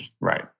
Right